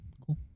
cool